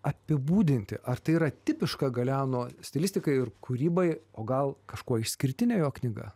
apibūdinti ar tai yra tipiška galeano stilistikai ir kūrybai o gal kažkuo išskirtinė jo knyga